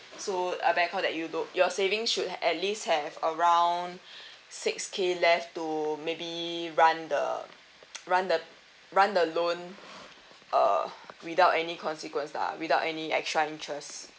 so a bank account that you don't your savings should have at least have around six K left to maybe run the run the run the loan uh without any consequence lah without any extra interest